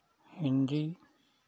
Hindi